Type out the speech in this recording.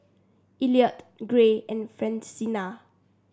Elliot Gray and Francina